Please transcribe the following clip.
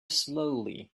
slowly